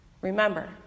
Remember